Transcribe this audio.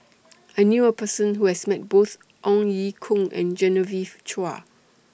I knew A Person Who has Met Both Ong Ye Kung and Genevieve Chua